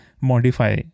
modify